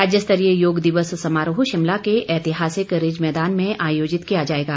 राज्य स्तरीय योग दिवस समारोह शिमला के ऐतिहासिक रिज मैदान आयोजित किया जाएगा